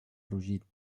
rugit